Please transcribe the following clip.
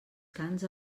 cants